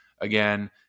Again